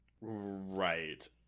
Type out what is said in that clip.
Right